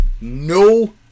no